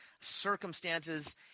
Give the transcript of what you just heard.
circumstances